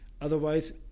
otherwise